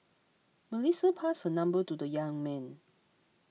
Melissa passed her number to the young man